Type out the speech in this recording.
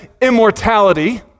immortality